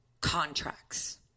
contracts